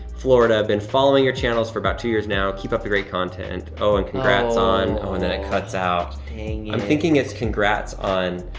florida. been following your channels for about two years now. keep up the great content. oh, and congrats on. oh, and then it cuts out. dang i'm thinking it's congrats on